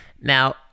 Now